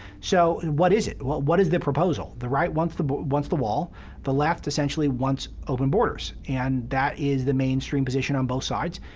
so what is it? what what is the proposal? the right wants the but wants the wall the left essentially wants open borders. and that is the mainstream position on both sides.